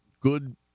good